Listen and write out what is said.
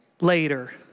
later